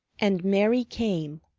and mary came.